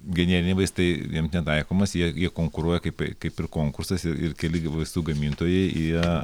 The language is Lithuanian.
generiniai vaistai jiems netaikomas jei jie konkuruoja kaip kaip ir konkursuose ir keli vaistų gamintojai jie